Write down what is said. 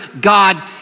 God